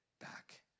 back